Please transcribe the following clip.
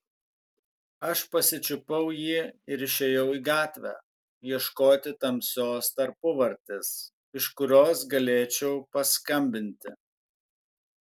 aš pasičiupau jį ir išėjau į gatvę ieškoti tamsios tarpuvartės iš kurios galėčiau paskambinti